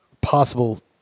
possible